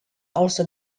also